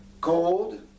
gold